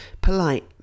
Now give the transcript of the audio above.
Polite